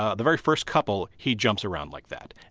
ah the very first couple, he jumps around like that,